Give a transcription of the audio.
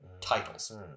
titles